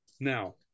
now